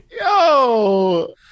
Yo